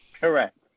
Correct